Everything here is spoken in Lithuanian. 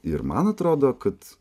ir man atrodo kad